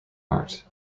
art